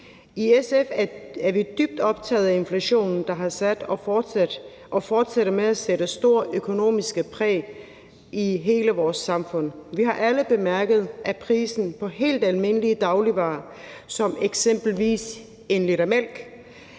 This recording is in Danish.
I SF er vi dybt optaget af inflationen, der har sat og fortsætter med at sætte et stort økonomisk præg på hele vores samfund. Vi har alle bemærket, at prisen på helt almindelige dagligvarer som eksempelvis 1 l mælk